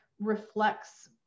reflects